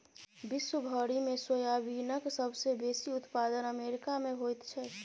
विश्व भरिमे सोयाबीनक सबसे बेसी उत्पादन अमेरिकामे होइत छै